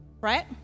right